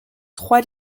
trois